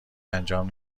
انجام